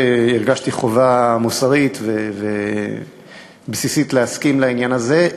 הרגשתי חובה מוסרית ובסיסית להסכים לעניין הזה.